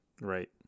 Right